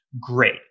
Great